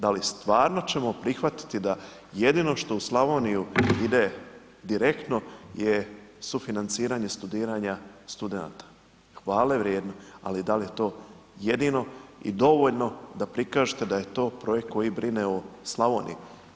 Da li stvarno ćemo prihvatiti da jedino što u Slavoniju ide direktno je sufinanciranje studiranja studenata, hvale vrijedno, ali da li je to jedino i dovoljno da prikažete da je to projekt koji brine o Slavoniji.